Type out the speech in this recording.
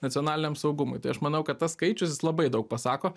nacionaliniam saugumui tai aš manau kad tas skaičius jis labai daug pasako